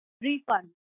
refund